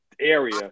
area